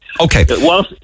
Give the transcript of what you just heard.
Okay